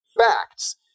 facts